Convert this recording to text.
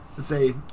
say